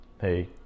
hey